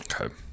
Okay